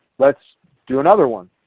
let's do another one.